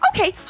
Okay